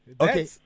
okay